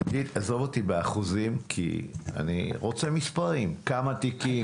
עזוב אותי באחוזים, אני רוצה במספרים: כמה תיקים.